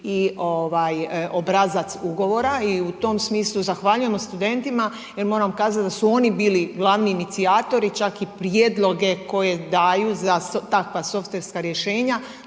i obrazac ugovora. I u tom smislu zahvaljujem studentima jer moramo kazati da su oni bili glavni inicijatori, čak i prijedloge koje daju za takva softverska rješenja